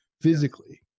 physically